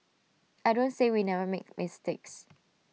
I don't say we never make mistakes